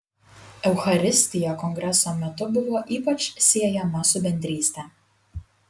eucharistija kongreso metu buvo ypač siejama su bendryste